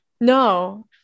No